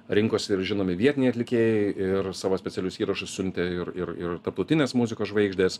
rinkosi ir žinomi vietiniai atlikėjai ir savo specialius įrašus siuntė ir ir ir tarptautinės muzikos žvaigždės